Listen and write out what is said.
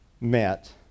met